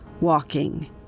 Walking